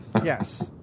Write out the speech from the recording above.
Yes